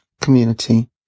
community